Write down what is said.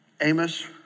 Amos